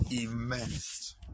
immense